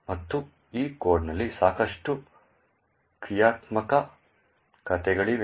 ಮತ್ತು ಈ ಕೋಡ್ನಲ್ಲಿ ಸಾಕಷ್ಟು ಕ್ರಿಯಾತ್ಮಕತೆಗಳಿವೆ